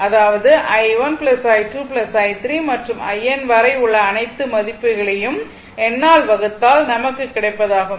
அதாவது i1 I2 i3 மற்றும் in வரை உள்ள அனைத்து மதிப்புகளையும் n ஆல் வகுத்தால் நமக்கு கிடைப்பதாகும்